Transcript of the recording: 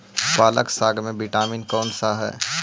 पालक साग में विटामिन कौन सा है?